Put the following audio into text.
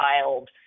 child